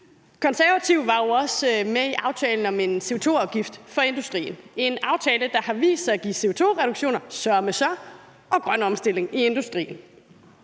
Konservative var jo også med i aftalen om en CO2-afgift for industrien. Det er en aftale, som har vist sig at give CO2-reduktioner, søreme så, og grøn omstilling i industrien.